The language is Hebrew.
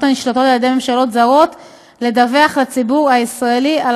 הנשלטות על ידי ממשלות זרות לדווח לציבור הישראלי על